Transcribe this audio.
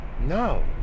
no